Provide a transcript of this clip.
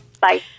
Bye